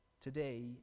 today